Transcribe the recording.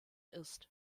ist